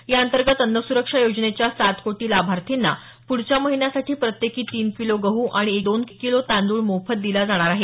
या अंतर्गत अन्न सुरक्षा योजनेच्या सात कोटी लाभार्थींना पुढच्या महिन्यासाठी प्रत्येकी तीन किलो गहू आणि दोन किलो तांदूळ मोफत दिला जाणार आहे